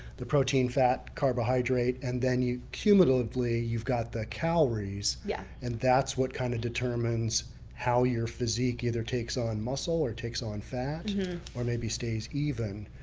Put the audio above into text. the protein, fat, carbohydrate, and then you cumulatively you've got the calories. yeah and that's what kind of determines how your physique either takes on muscle or it takes on fat or maybe stays even.